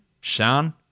Shan